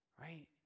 Right